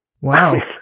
Wow